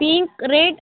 pink red